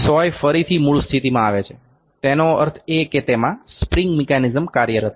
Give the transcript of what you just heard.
સોય ફરીથી મૂળ સ્થિતિમાં આવે છે તેનો અર્થ એ કે તેમાં સ્પ્રિંગ મિકેનિઝમ કાર્યરત છે